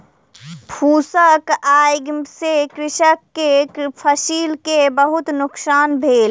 फूसक आइग से कृषक के फसिल के बहुत नुकसान भेल